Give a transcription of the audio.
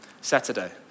Saturday